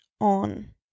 on